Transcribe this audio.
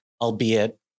albeit